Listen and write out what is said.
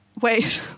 wait